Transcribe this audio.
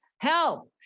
help